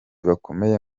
bakomeye